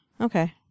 okay